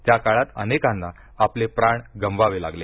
त्या काळात अनेकांना आपले प्राण गमावावे लागले